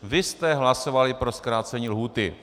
Vy jste hlasovali pro zkrácení lhůty.